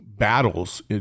Battles